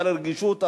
הרגישות,